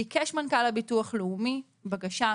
ביקש מנכ"ל הביטוח הלאומי בקשה,